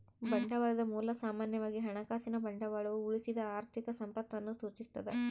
ಬಂಡವಾಳದ ಮೂಲ ಸಾಮಾನ್ಯವಾಗಿ ಹಣಕಾಸಿನ ಬಂಡವಾಳವು ಉಳಿಸಿದ ಆರ್ಥಿಕ ಸಂಪತ್ತನ್ನು ಸೂಚಿಸ್ತದ